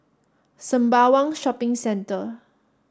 Sembawang Shopping Centre